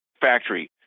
factory